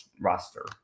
roster